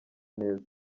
neza